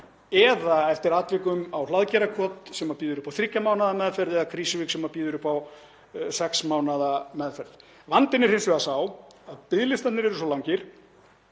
eða eftir atvikum á Hlaðgerðarkot sem býður upp á þriggja mánaða meðferð eða Krýsuvík sem býður upp á sex mánaða meðferð. Vandinn er hins vegar sá að biðlistarnir eru svo langir.